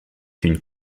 une